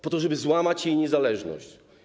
Po to, żeby złamać jej niezależność.